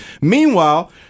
Meanwhile